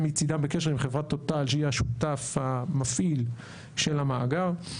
הם מצידם בקשר עם חברת טוטאל שהיא השותף המפעיל של המאגר.